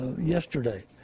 yesterday